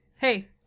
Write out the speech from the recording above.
Hey